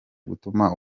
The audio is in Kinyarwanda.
gutuma